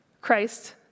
Christ